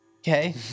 Okay